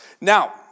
Now